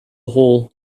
hole